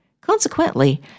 Consequently